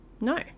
no